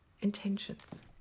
intentions